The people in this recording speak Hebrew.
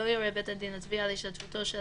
לא יורה בית הדין הצבאי על השתתפותו של